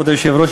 כבוד היושב-ראש,